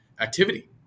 activity